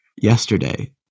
yesterday